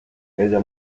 ella